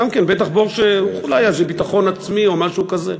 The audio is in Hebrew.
בטח בור שאולי היה איזה ביטחון עצמי או משהו כזה.